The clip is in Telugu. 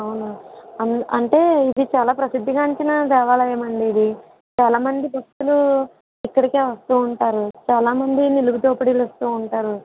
అవునా అంటే ఇది చాలా ప్రసిద్ధిగాంచిన దేవాలయం అండి ఇది చాలా మంది భక్తులు ఇక్కడికే వస్తూ ఉంటారు చాలా మంది నిలువు దోపిడిలిస్తూ ఉంటారు